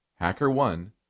HackerOne